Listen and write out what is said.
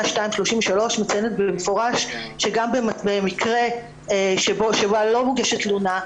2.33 מציינת במפורש שגם במקרה בו לא מוגשת תלונה,